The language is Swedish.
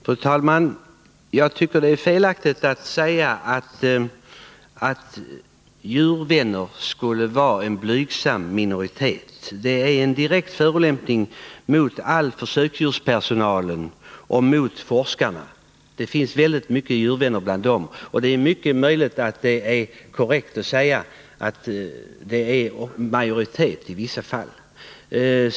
Fru talman! Jag tycker att det är felaktigt att säga att djurvänner skulle vara en blygsam minoritet. Det är en direkt förolämpning mot all försöksdjurspersonal och mot forskarna. Det finns väldigt många djurvänner bland dem, och det är mycket möjligt att det är korrekt att säga att djurvännerna är i majoritet i vissa fall.